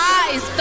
eyes